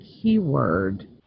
keyword